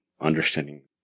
understanding